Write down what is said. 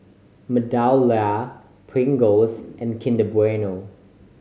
MeadowLea Pringles and Kinder Bueno